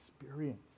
experience